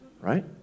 right